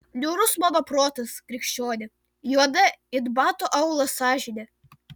niūrus mano protas krikščioni juoda it bato aulas sąžinė